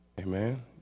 Amen